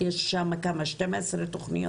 יש שם 12 תכניות